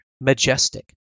majestic